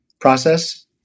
process